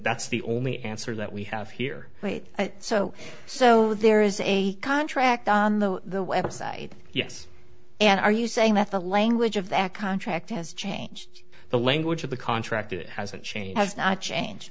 that's the only answer that we have here so so there is a contract on the website yes and are you saying that the language of the contract has changed the language of the contract it hasn't changed has not changed